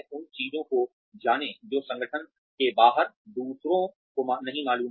उन चीजों को जानें जो संगठन के बाहर दूसरों को नहीं मालूम हैं